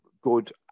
good